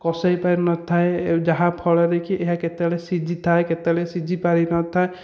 କଷେଇ ପାରିନଥାଏ ଯାହାଫଳରେ କି ଏହା କେତେବେଳେ ସିଝି ଥାଏ କେତେବେଳେ ସିଝି ପାରିନଥାଏ